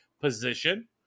position